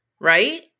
Right